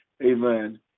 amen